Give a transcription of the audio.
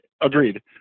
agreed